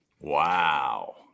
Wow